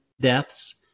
deaths